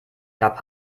gab